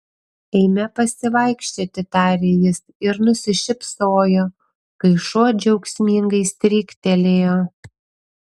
eime pasivaikščioti tarė jis ir nusišypsojo kai šuo džiaugsmingai stryktelėjo